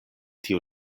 tio